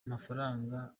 mafaranga